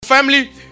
Family